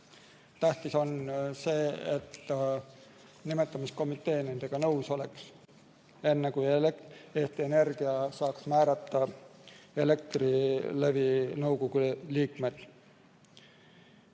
Tähtis on see, et nimetamiskomitee nendega nõus oleks, enne kui Eesti Energia saab määrata Elektrilevi nõukogu liikmed.